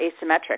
asymmetric